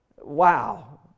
wow